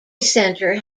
center